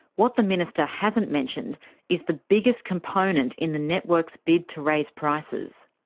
what the minister hasn't mentioned is the biggest component in the networks' bid to raise prices.